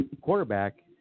quarterback